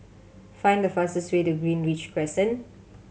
find the fastest way to Greenridge Crescent